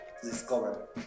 discover